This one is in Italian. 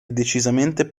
decisamente